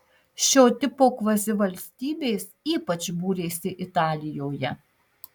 šio tipo kvazivalstybės ypač būrėsi italijoje